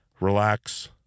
relax